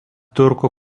tiurkų